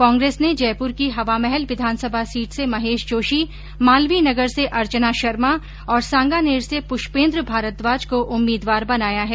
कांग्रेस ने जयपुर की हवामहल विधानसभा सीट से महेश जोशी मालवीय नगर से अर्चना शर्मा और सांगानेर से पुष्पेन्द्र भारद्वाज को उम्मीदवार बनाया है